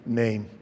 name